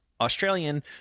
Australian